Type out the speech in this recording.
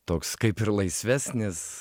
toks kaip ir laisvesnis